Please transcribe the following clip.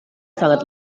sangat